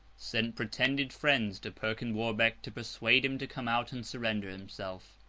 sent pretended friends to perkin warbeck to persuade him to come out and surrender himself.